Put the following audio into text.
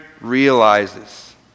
realizes